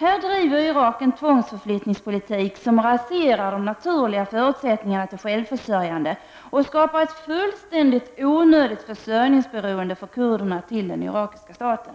Irak driver här en tvångsförflyttningspolitik som raserar de naturliga förutsättningarna till självförsörjande och gör att kurderna, helt i onödan, blir beroende av den irakiska staten